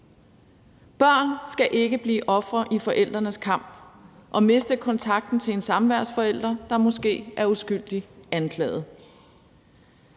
Børn skal ikke blive ofre i forældrenes kamp og miste kontakten til en samværsforælder, der måske er uskyldigt anklaget.